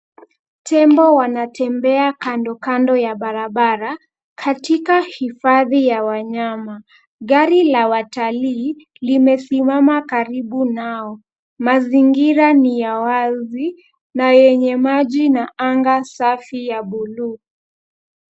Tembo wanatembea kando kando ya barabara, katika hifadhi ya wanyama. Gari la watalii, limesimama karibu nao. Mazingira ni ya wazi, na yenye maji na anga safi ya bluu.